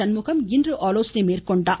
சண்முகம் இன்று ஆலோசனை மேற்கொண்டார்